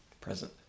present